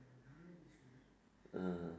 mm